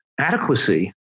adequacy